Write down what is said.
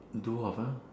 dwarf ah